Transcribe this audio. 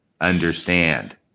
understand